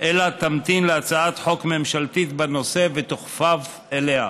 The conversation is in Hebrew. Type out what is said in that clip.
אלא תמתין להצעת חוק ממשלתית בנושא ותוכפף אליה.